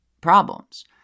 problems